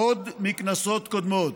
עוד מכנסות קודמות.